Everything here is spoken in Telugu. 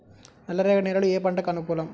నల్ల రేగడి నేలలు ఏ పంటకు అనుకూలం?